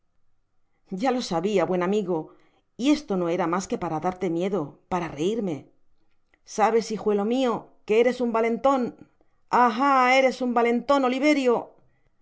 bromaya lo sabia buen amigo y esto no era mas que para darte miedo para reirme sabes hijuelo mio que eres un valenton ah ah eres un valenton oliverio